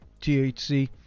THC